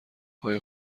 های